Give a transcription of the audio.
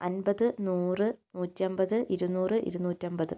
അൻപത് നൂറ് നൂറ്റി അൻപത് ഇരുനൂറ് ഇരുനൂറ്റി അൻപത്